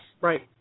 Right